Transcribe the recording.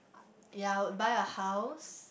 ya I would buy a house